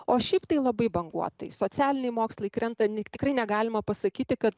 o šiaip tai labai banguotai socialiniai mokslai krenta tikrai negalima pasakyti kad